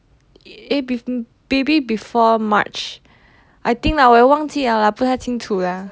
baby before march I think lah 我也忘记 liao 啦不太清楚呀